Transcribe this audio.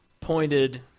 pointed